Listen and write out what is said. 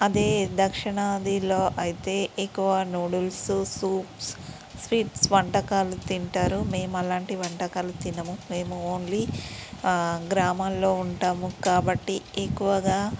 అదే దక్షిణాదిలో అయితే ఎక్కువ నూడిల్స్ సూప్సు స్వీట్స్ వంటకాలు తింటారు మేము అలాంటి వంటకాలు తినము మేము గ్రామాల్లో ఉంటాము కాబట్టి ఎక్కువగా